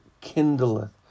kindleth